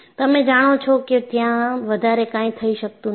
તમે જાણો જો કે ત્યાં વધારે કાંઈ થઈ શકતું નથી